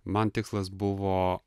man tikslas buvo